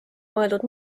mõeldud